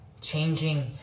changing